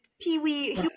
peewee